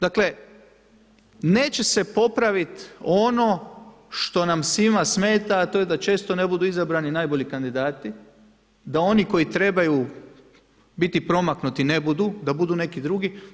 Dakle, neće se popraviti ono što nam svima smeta, a to je da često ne budu izabrani najbolji kandidati, da oni koji trebaju biti promaknuti ne budu, da budu neki drugi.